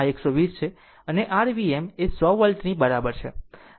આમ આ 120 છે અને r Vm એ 100 વોલ્ટ ની બરાબર છે